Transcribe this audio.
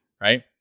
right